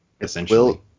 Essentially